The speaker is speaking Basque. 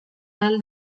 ahal